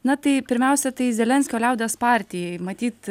na tai pirmiausia tai zelenskio liaudies partijai matyt